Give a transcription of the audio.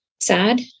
sad